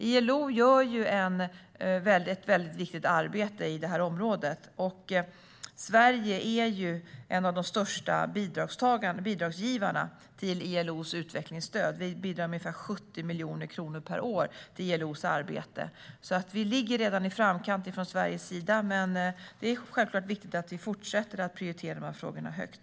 ILO gör ett viktigt arbete i detta område, och Sverige är en av de största bidragsgivarna till ILO:s utvecklingsstöd. Vi bidrar med ungefär 70 miljoner kronor per år till ILO:s arbete. Vi ligger alltså redan i framkant från Sveriges sida, men det är självfallet viktigt att vi fortsätter att prioritera dessa frågor högt.